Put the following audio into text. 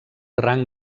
rang